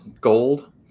gold